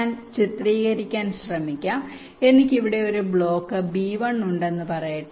ഞാൻ ചിത്രീകരിക്കാൻ ശ്രമിക്കാം എനിക്ക് ഇവിടെ ഒരു ബ്ലോക്ക് ബി 1 ഉണ്ടെന്ന് പറയട്ടെ